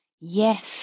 yes